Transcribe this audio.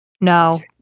no